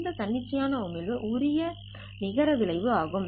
இந்த தன்னிச்சையான உமிழ்வு உடைய நிகர விளைவு ஆகும்